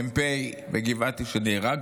מ"פ בגבעתי שנהרג.